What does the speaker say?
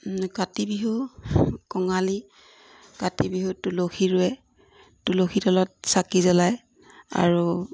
কাতি বিহু কঙালী কাতি বিহুত তুলসী ৰুৱে তুলসী তলত চাকি জ্বলায় আৰু